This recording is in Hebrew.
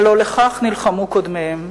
הלוא לכך נלחמו קודמיהם.